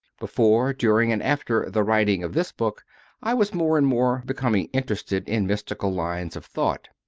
before, during, and after the writing of this book i was more and more becoming interested in mystical lines of thought.